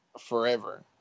forever